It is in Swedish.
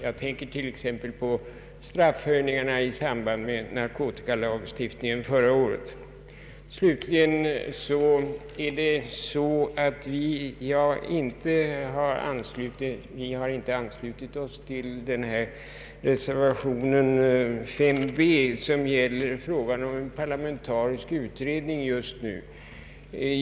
Jag tänker t.ex. på straffhöjningarna i samband med narkotikalagstiftningen förra året. Vi har inte anslutit oss till reservation b vid punkten 17, som gäller frågan om en parlamentarisk utredning just nu.